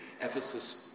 Ephesus